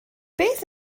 beth